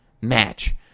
match